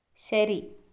ശരി